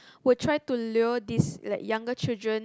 will try to lure these like younger children